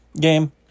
game